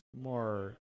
more